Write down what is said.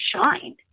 shine